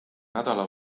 nädala